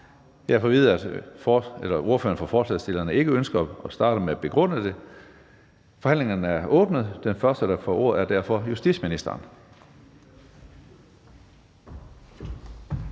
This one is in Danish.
fået at vide, at ordføreren for forslagsstillerne ikke ønsker at starte med at give en begrundelse. Forhandlingen er åbnet, og den første, der får ordet, er derfor justitsministeren.